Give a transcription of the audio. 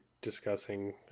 discussing